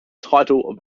title